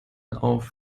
auf